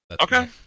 Okay